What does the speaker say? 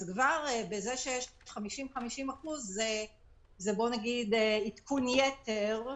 כבר בזה שיש 50%-50% זה עדכון יתר,